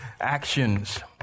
actions